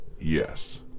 Yes